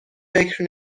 فکر